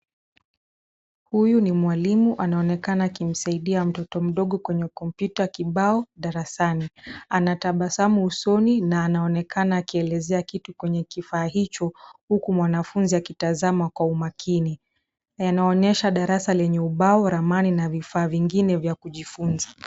Huyu ni mwalimu anaonekana akimsaidia mtoto mdogo kwenye kompyuta kibao darasani. Anatabasamu usoni na anaonekana akielezea kitu kwenye kifaa hicho huku mwanafunzi akitazama kwa makini. Yanaonyesha darasa lenye ubao, ramani na vifaa vingine vya kujifunza.